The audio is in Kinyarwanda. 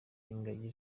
ingagi